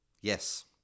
Yes